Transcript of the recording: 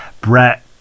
brett